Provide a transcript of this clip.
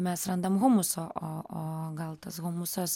mes randam humuso o o gal tas humusas